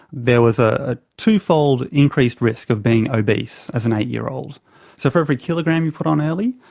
there was a two-fold increased risk of being obese as an eight-year-old. so for every kilogram you put on early,